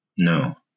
No